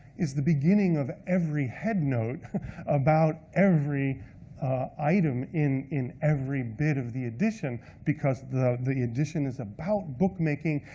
is the beginning of every headnote about every item in in every bit of the edition because the the edition is about book-making.